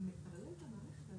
מד"א ואיחוד הצלה,